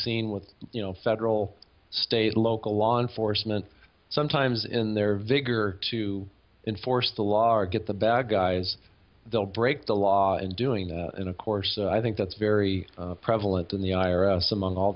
seen with you know federal state local law enforcement sometimes in their vigor to enforce the law or get the bad guys they'll break the law in doing that and of course i think that's very prevalent in the i r s among all